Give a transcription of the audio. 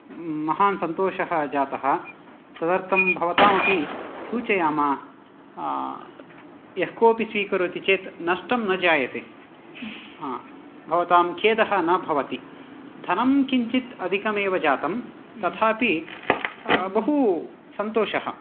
महान् सन्तोषः जातः तदर्थं भवताम् अपि सूचयामः यः कोऽपि स्वीकरोति चेत् नष्टं न जायते हा भवतां खेदः न भवति धनं किञ्चित् अधिकमेव जातम् तथापि बहु सन्तोषः